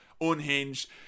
unhinged